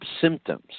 symptoms